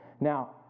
Now